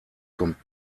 kommt